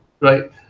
right